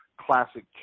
classic